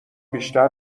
بیشتر